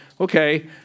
okay